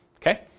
Okay